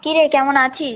কী রে কেমন আছিস